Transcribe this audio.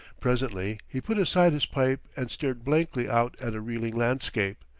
presently he put aside his pipe and stared blankly out at a reeling landscape,